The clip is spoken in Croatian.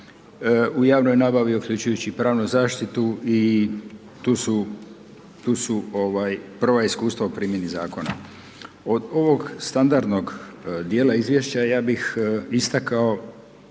u javnoj nabavi uključujući i pravnu zaštitu i tu su prva iskustva u primjeni zakona. Od ovog standardnog dijela izvješća ja bih istakao